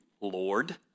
Lord